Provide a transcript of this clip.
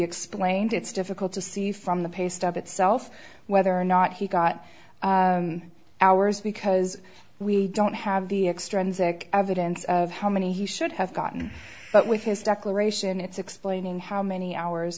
explained it's difficult to see from the paste of itself whether or not he got ours because we don't have the extra and sick evidence of how many he should have gotten but with his declaration it's explaining how many hours